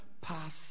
pass